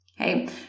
Okay